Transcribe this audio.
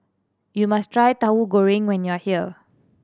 you must try Tahu Goreng when you are here